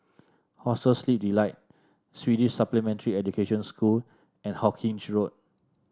Hostel Sleep Delight Swedish Supplementary Education School and Hawkinge Road